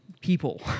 People